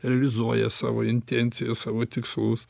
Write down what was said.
realizuoja savo intencijas savo tikslus